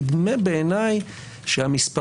נדמה בעיני שהמספרים,